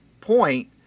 point